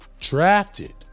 drafted